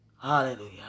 Hallelujah